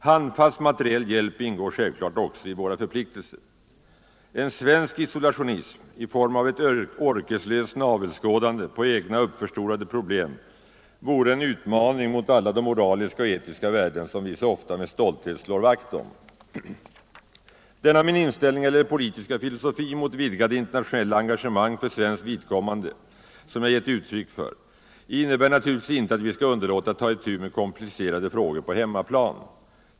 Handfast materiell hjälp ingår självklart också i våra förpliktelser. En svensk isolationism i form av orkeslöst navelskådande på egna uppförstorade problem vore en utmaning mot alla de moraliska och etiska värden som vi så ofta med stolthet slår vakt om. Denna min inställning eller politiska filosofi om vidgade internationella engagemang för svenskt vidkommande som jag givit uttryck för innebär naturligtvis inte att vi skall underlåta att ta itu med komplicerade frågor på hemmaplan.